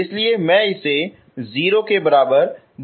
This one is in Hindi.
इसलिए मैं इसे 0 के बराबर बना रहा हूं